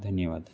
ધન્યવાદ